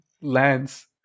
Lance